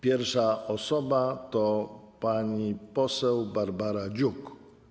Pierwsza osoba to pani poseł Barbara Dziuk.